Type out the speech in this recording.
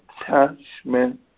attachment